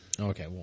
Okay